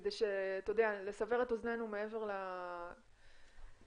כדי שנסבר את אזנינו מעבר ל- -- בוודאי.